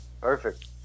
Perfect